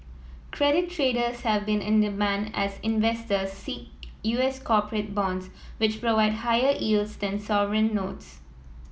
credit traders have been in demand as investors seek U S corporate bonds which provide higher yields than sovereign notes